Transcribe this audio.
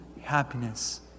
happiness